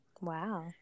Wow